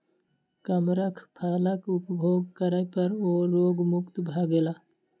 कमरख फलक उपभोग करै पर ओ रोग मुक्त भ गेला